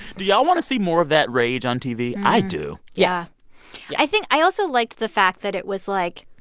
do y'all want to see more of that rage on tv? i do yes yeah i think i also liked the fact that it was, like,